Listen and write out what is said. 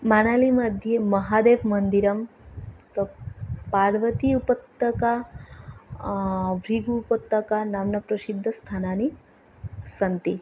मणालीमध्ये महादेवमन्दिरं पार्वती उपत्तका भृगु उपत्तका नाम्ना प्रसिद्धस्थानानि सन्ति